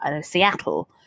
Seattle